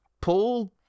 Paul